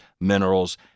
minerals